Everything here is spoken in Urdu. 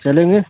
چلیں گے